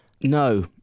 No